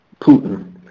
Putin